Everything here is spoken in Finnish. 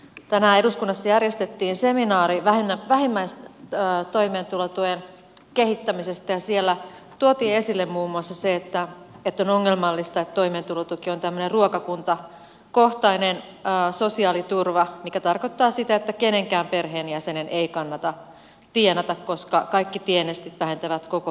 tänään eduskunnassa järjestettiin seminaari vähimmäistoimeentulotuen kehittämisestä ja siellä tuotiin esille muun muassa se että on ongelmallista että toimeentulotuki on tämmöinen ruokakuntakohtainen sosiaaliturva mikä tarkoittaa sitä että kenenkään perheenjäsenen ei kannata tienata koska kaikki tienestit vähentävät koko perheen toimeentulotukea